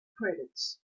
credits